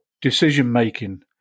decision-making